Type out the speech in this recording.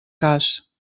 cas